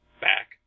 back